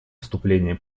вступления